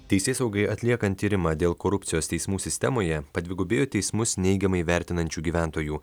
teisėsaugai atliekant tyrimą dėl korupcijos teismų sistemoje padvigubėjo teismus neigiamai vertinančių gyventojų